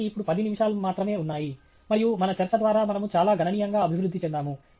మనకి ఇప్పుడు 10 నిమిషాల మాత్రమే ఉన్నాయి మరియు మన చర్చ ద్వారా మనము చాలా గణనీయంగా అభివృద్ధి చెందాము